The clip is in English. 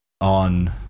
On